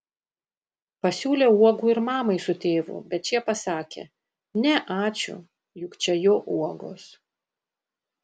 pasiūlė uogų ir mamai su tėvu bet šie pasakė ne ačiū juk čia jo uogos